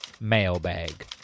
Mailbag